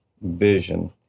vision